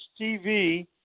TV